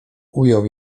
ujął